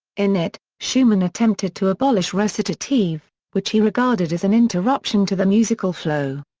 in it, schumann attempted to abolish recitative, which he regarded as an interruption to the musical flow.